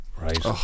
right